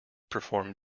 perform